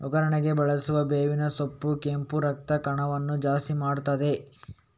ಒಗ್ಗರಣೆಗೆ ಬಳಸುವ ಬೇವಿನ ಸೊಪ್ಪು ಕೆಂಪು ರಕ್ತ ಕಣವನ್ನ ಜಾಸ್ತಿ ಮಾಡ್ತದೆ